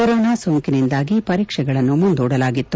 corona ಸೋಂಕಿನಿಂದಾಗಿ ಪರೀಕ್ಷೆಗಳನ್ನು ಮುಂದೂಡಲಾಗಿತ್ತು